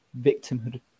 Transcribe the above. victimhood